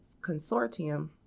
consortium